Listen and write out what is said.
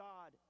God